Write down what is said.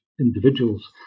individuals